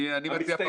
אני מציע